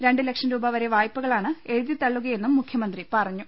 രണ്ട് ലക്ഷം രൂപ വരെ വായ്പക ളാണ് എഴുതിതളളുകയെന്നും മുഖ്യമന്ത്രി പറഞ്ഞു